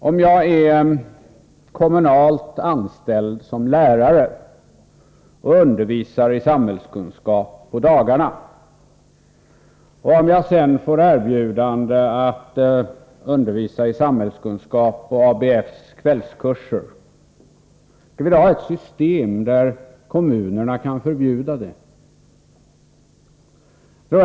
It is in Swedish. Om jag är kommunalt anställd som lärare och undervisar i samhällskunskap på dagarna och om jag sedan får erbjudande att undervisa i samhällskunskap på ABF:s kvällskurser, skulle då kommunerna kunna förbjuda detta?